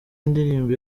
indirimbo